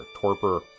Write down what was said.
torpor